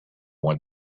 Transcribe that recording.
went